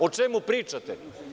O čemu pričate?